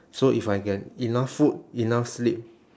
so if I get enough food enough sleep